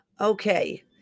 Okay